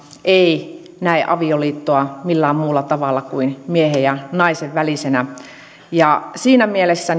ei näe avioliittoa millään muulla tavalla kuin miehen ja naisen välisenä siinä mielessä